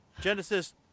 Genesis